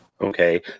Okay